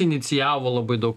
inicijavo labai daug